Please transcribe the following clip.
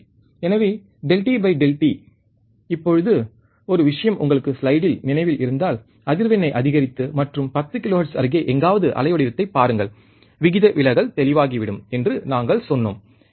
எனவே ΔV Δt இப்போது ஒரு விஷயம் உங்களுக்கு ஸ்லைடில் நினைவில் இருந்தால் அதிர்வெண்ணை அதிகரித்து மற்றும் 10 கிலோஹெர்ட்ஸ் அருகே எங்காவது அலைவடிவத்தைப் பாருங்கள் விகித விலகல் தெளிவாகிவிடும் என்று நாங்கள் சொன்னோம்